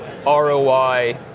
ROI